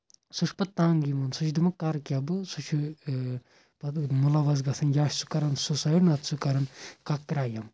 سُہ چھُ پَتہٕ تَنٛگ یِوان سُہ چھُ دپان کَرٕ کیاہ بہٕ سُہ چھُ پَتہٕ مُلوَس گژھان یا سُہ کَران سوٗسایڈ نَتہٕ چھُ سُہ کَران کانہہ کرایم